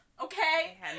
Okay